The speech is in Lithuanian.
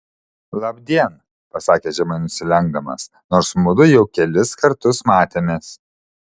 labdien pasakė žemai nusilenkdamas nors mudu jau kelis kartus matėmės